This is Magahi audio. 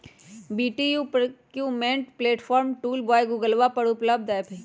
B two B procurement platform tool by गूगलवा पर उपलब्ध ऐप हई